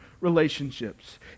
relationships